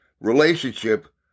relationship